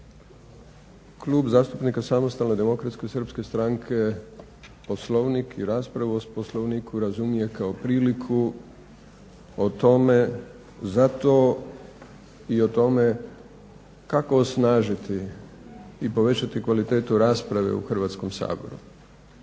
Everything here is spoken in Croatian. Klub zastupnika Samostalne demokratske srpske stranke Poslovnik i raspravu o Poslovniku razumije kao priliku o tome, za to i o tome kako osnažiti i povećati kvalitetu rasprave u Hrvatskom saboru